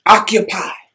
Occupy